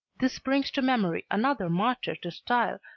this brings to memory another martyr to style,